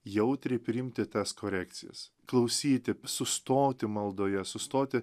jautriai priimti tas korekcijas klausyti sustoti maldoje sustoti